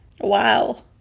Wow